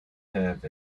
have